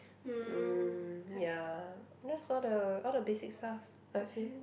mm ya that's all the all the basic stuff I feel